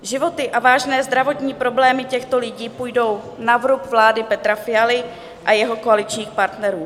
Životy a vážné zdravotní problémy těchto lidí půjdou na vrub vlády Petra Fialy a jeho koaličních partnerů.